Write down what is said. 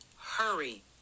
hurry